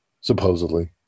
supposedly